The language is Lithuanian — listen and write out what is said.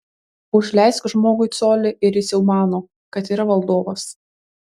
užleisk žmogui colį ir jis jau mano kad yra valdovas